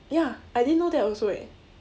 ya I didn't know that also eh